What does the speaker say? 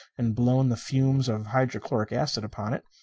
and blown the fumes of hydrochloric acid upon it,